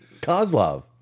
Kozlov